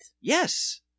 Yes